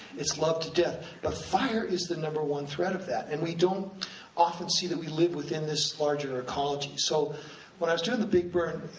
it's loved to death. but fire is the number one threat of that, and we don't often see that we live within this larger ecology. so when i was doing the big burn,